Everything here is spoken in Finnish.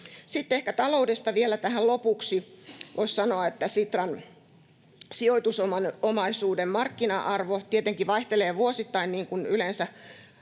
taloudesta vielä tähän lopuksi: Voisi sanoa, että Sitran sijoitusomaisuuden markkina-arvo tietenkin vaihtelee vuosittain — niin kuin yleensä